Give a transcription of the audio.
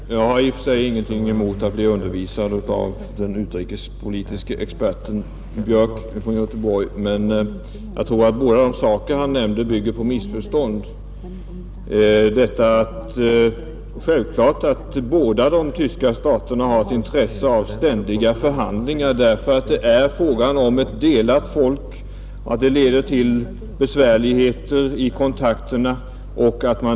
Fru talman! Jag har i och för sig ingenting emot att bli undervisad av den utrikespolitiske experten herr Björk i Göteborg, men jag tror att båda de saker han nämnde bygger på missförstånd. Det är självklart att båda de tyska staterna har ett intresse av ständiga förhandlingar, därför att det är fråga om ett delat folk och det leder till besvärligheter i kontakterna.